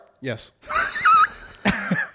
Yes